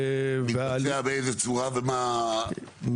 מתבצע באיזו צורה ומה מבוקש?